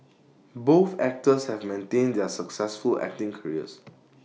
both actors have maintained their successful acting careers